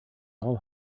all